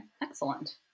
excellent